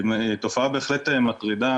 זו תופעה בהחלט מטרידה.